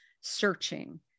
searching